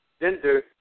gender